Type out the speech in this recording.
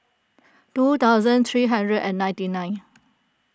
two thousand three hundred and ninety nine